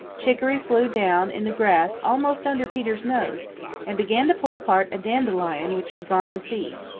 chicoree flew down in the grass almost under peter's nose and began to pull apart a dandelion which had gone to seed.